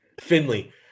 Finley